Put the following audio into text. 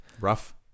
rough